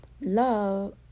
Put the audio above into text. Love